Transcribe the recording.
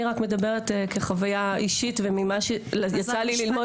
אני רק מדברת כחוויה אישית וממה שיצא לי ללמוד.